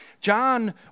John